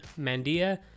Mandia